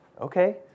okay